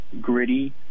gritty